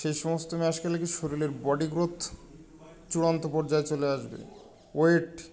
সেই সমস্ত ম্যাশ খেলে কি শরীরের বডি গ্রোথ চূড়ান্ত পর্যায়ে চলে আসবে ওয়েট